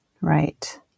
Right